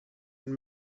and